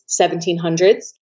1700s